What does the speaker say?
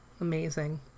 amazing